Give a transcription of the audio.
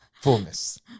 Fullness